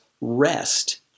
rest